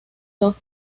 dos